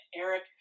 Eric